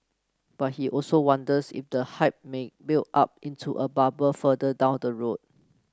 but he also wonders if the hype may build up into a bubble further down the road